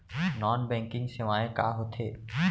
Non banking सेवाएं का होथे?